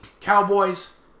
Cowboys